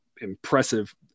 impressive